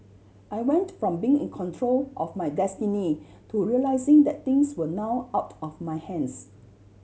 I went from being in control of my destiny to realising that things were now out of my hands